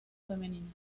femeninas